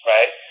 Right